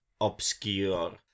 obscure